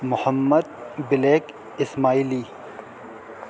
محمد بلیک اسمعلی